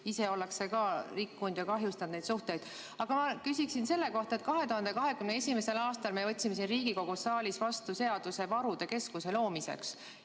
ise ollakse ka rikkunud ja kahjustanud neid suhteid. Aga ma küsin selle kohta, et 2021. aastal me võtsime siin Riigikogu saalis vastu seaduse varude keskuse loomiseks.